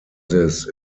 this